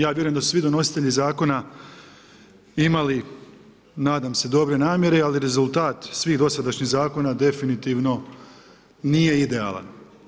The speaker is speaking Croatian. Ja vjerujem da svi donositelji zakona su imali nadam se dobre namjere ali rezultat svih dosadašnjih zakona definitivno nije idealan.